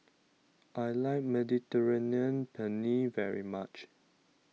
I like Mediterranean Penne very much